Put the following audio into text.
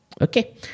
Okay